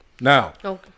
Now